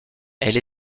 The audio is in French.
elle